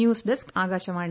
news desk Akashvani